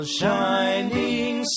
shining